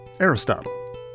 Aristotle